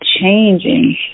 changing